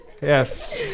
Yes